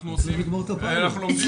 אנחנו עושים פיילוט.